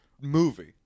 movie